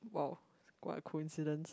!wow! what a coincidence